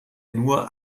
nur